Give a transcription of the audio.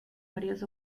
varias